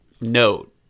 note